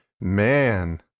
man